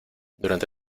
durante